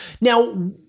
Now